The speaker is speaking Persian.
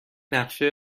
نقشه